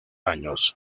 años